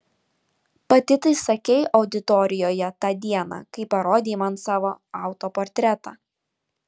pati tai sakei auditorijoje tą dieną kai parodei man savo autoportretą